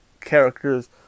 characters